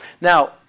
now